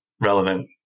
relevant